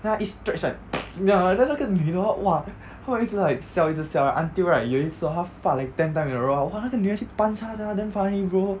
then 他一 stretch right ya then 那个女的 hor !wah! 她们一直 like 笑一直笑 right until right 有一次 hor 他 fart like ten time in a row !wah! 那个女的去 punch 他 sia damn funny bro